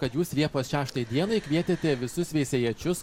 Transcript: kad jūs liepos šeštai dienai kvietėte visus veisiejiečius